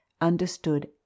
understood